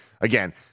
again